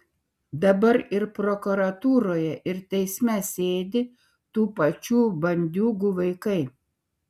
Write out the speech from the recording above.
dabar ir prokuratūroje ir teisme sėdi tų pačių bandiūgų vaikai